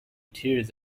tears